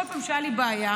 בכל פעם כשהייתה לי בעיה,